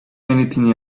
anything